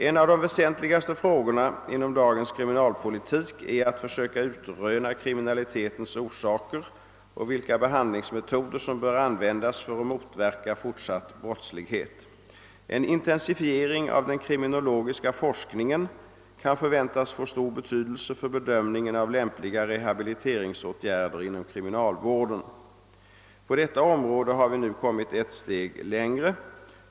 En av de väsentligaste frågorna inom dagens kriminalpolitik är att försöka utröna kriminalitetens orsaker och vilka behandlingsmetoder som bör användas för att motverka fortsatt brottslighet. En intensifiering av den kriminologiska forskningen kan förväntas få stor betydelse för bedömningen av lämpliga rehabiliteringsåtgärder inom kriminalvården. På detta område har vi nu kommit ett steg längre.